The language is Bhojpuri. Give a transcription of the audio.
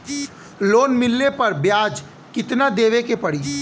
लोन मिलले पर ब्याज कितनादेवे के पड़ी?